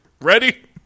ready